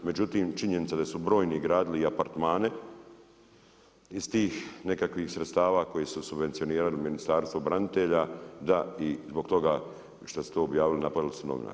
Međutim, činjenica da su brojni gradili i apartmane iz tih nekakvih sredstava koji su subvencionirali Ministarstvo branitelja, da i zbog toga što su to objavili napali su novinari.